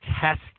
test